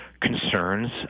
concerns